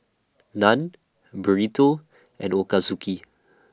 Naan Burrito and Ochazuke